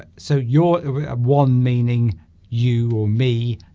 so you're one meaning you or me